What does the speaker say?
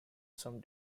some